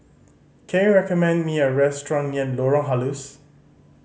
can you recommend me a restaurant near Lorong Halus